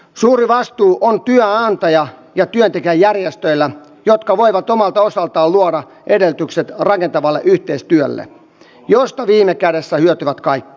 suuri vastuu on työnantaja ja työntekijäjärjestöillä jotka voivat omalta osaltaan luoda edellytykset rakentavalle yhteistyölle josta viime kädessä hyötyvät kaikki